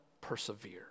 persevere